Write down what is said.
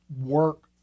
work